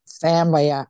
family